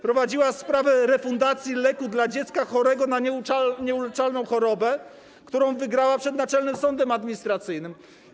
Prowadziła sprawę refundacji leku dla dziecka chorego na nieuleczalną chorobę, którą wygrała przed Naczelnym Sądem Administracyjnym.